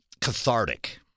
cathartic